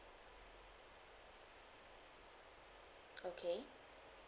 okay